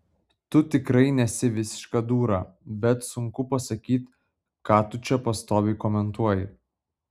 tu tikrai nesi visiška dūra bet sunku pasakyt ką tu čia pastoviai komentuoji